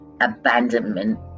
abandonment